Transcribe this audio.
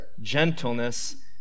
gentleness